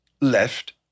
Left